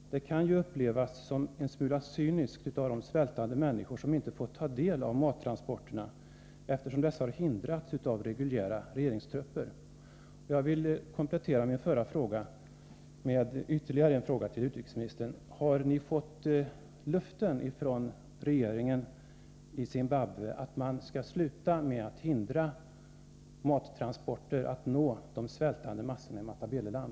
Annars kan det hela upplevas som en smula cyniskt av de svältande människor som inte får ta del av mattransporterna, eftersom dessa har hindrats av reguljära regeringstrupper. Jag vill komplettera min förra fråga med ytterligare en fråga till utrikesministern: Har ni fått löfte från regeringen i Zimbabwe att man skall sluta hindra mattransporter att nå de svältande massorna i Matabeleland?